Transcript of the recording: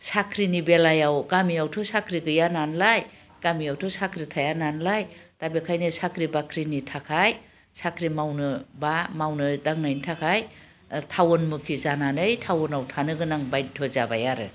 साख्रिनि बेलायाव गामियावथ' साख्रि गैया नालाय गामियावथ' साख्रि थाया नालाय दा बेनिखायनो साख्रि बाख्रिनि थाखाय साख्रि मावनो बा मावनाय दांनायनि थाखाय टाउनमुखि जानानै टाउनआव थानो गोनां बायद्ध्य' जाबाय आरो